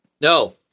No